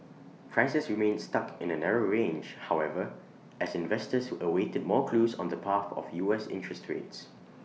prices remained stuck in A narrow range however as investors awaited more clues on the path of U S interest rates